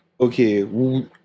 okay